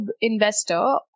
investor